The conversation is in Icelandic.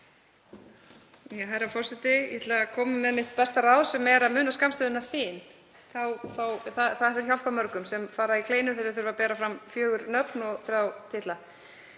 Herra forseti. Ég ætla að koma með mitt besta ráð sem er að muna skammstöfunina FIN, það hefur hjálpað mörgum sem fara í kleinu þegar þeir þurfa að bera fram fjögur nöfn og þrjá titla.